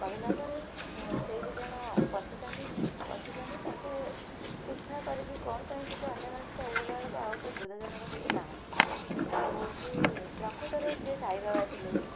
କହିଲା ପରେ ସେଇ ଦୁଇଜଣ ବସିଛନ୍ତି ବସିଛନ୍ତି ତାକେ ପିଛା କରିକି କ'ଣ ପାଇଁ ଟିକେ ଅନ୍ୟମନସ୍କ ହେଇଗଲା ବେଳକୁ ଆଉ ସେ ବୃଦ୍ଧ ଜଣକ ସେଠି ନାହାଁନ୍ତି ଆଉ ହେଉଛି ପ୍ରକୃତରେ ସେ ସାଇବାବା ଥିଲେ